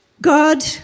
God